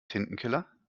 tintenkiller